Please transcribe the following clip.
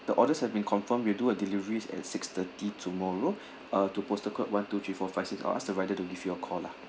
the orders have been confirmed we'll do a delivery at six-thirty tomorrow uh to postal code one two three four five six I'll ask the rider to give you a call lah